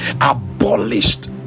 abolished